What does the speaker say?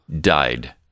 died